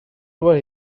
over